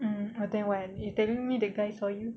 mm and then why you telling me the guy saw you